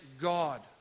God